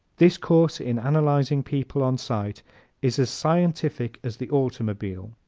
this course in analyzing people on sight is as scientific as the automobile.